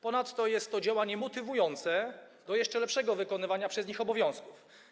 Ponadto jest to działanie motywujące do jeszcze lepszego wykonywania przez nich obowiązków.